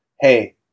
Hey